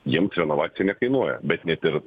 jiems renovacija nekainuoja bet net ir